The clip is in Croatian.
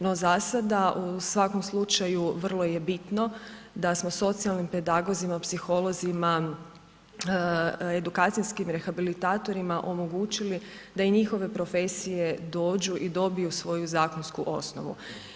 No zasada u svakom slučaju vrlo je bitno da smo socijalnim pedagozima, psiholozima, edukacijskim rehabilitatorima omogućili a i njihove profesije dođu i dobiju svoju zakonsku osnovu.